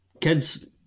Kids